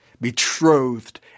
betrothed